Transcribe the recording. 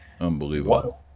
Unbelievable